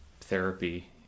therapy